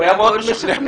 הוא היה מאוד משכנע.